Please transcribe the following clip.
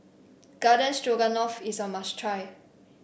Garden Stroganoff is a must try